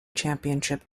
championship